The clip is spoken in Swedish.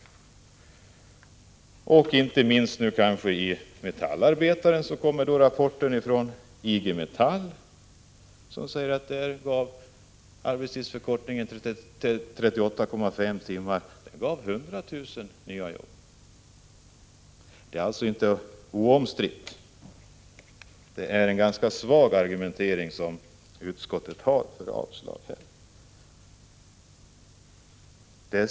Det är inte minst viktigt att nämna att det i tidningen Metallarbetaren finns en rapport från EG-Metall, enligt vilken en arbetstidsförkortning till 38,5 timmar gett 100 000 nya jobb. Det är alltså inte här fråga om något oomstritt. Utskottets argumentering för avslag är ganska svag.